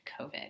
COVID